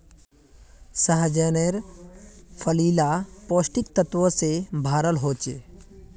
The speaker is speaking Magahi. सह्जानेर फली ला पौष्टिक तत्वों से भराल होचे